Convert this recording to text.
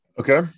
okay